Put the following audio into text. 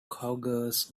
cougars